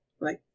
right